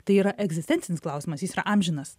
tai yra egzistencinis klausimas jis yra amžinas